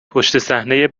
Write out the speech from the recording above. پشتصحنهی